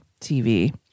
tv